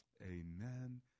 amen